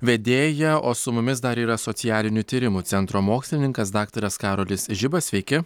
vedėja o su mumis dar yra socialinių tyrimų centro mokslininkas daktaras karolis žibas sveiki